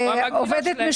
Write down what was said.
אתה צודק.